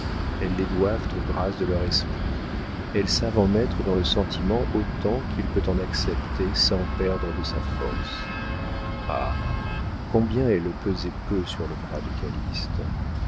elles les doivent aux grâces de leur esprit elles savent en mettre dans le sentiment autant qu'il peut en accepter sans perdre de sa force ah combien elle pesait peu sur le bras de